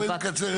בואי נקצר את זה.